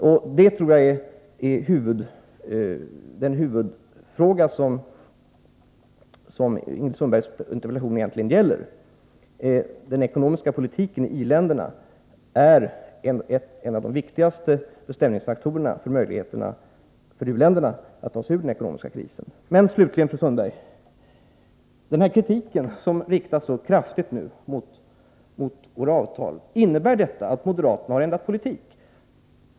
Jag tror att detta egentligen är huvudfrågan i fru Sundbergs interpellation. Den ekonomiska politiken i i-länderna är en av de viktigaste faktorer som bestämmer u-ländernas möjligheter att ta sig ur den ekonomiska krisen. Slutligen, fru Sundberg: Innebär den kritik som nu så kraftigt riktas mot våra avtal att moderaterna har ändrat politik?